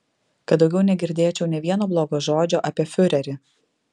kad daugiau negirdėčiau nė vieno blogo žodžio apie fiurerį